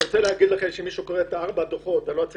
אני רוצה להגיד לכם שמי שקורא את הדוחות של השנים